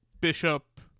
bishop